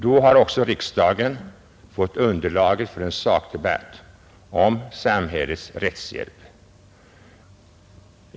Då har också riksdagen fått underlaget för en sakdebatt om samhällets rättshjälp.